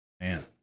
man